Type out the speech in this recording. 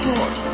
God